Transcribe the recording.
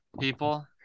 People